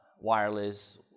wireless